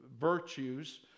virtues